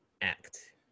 act